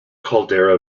caldera